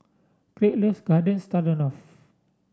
Kraig loves Garden Stroganoff